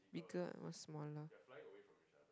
bigger or smaller